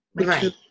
Right